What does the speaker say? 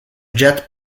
jet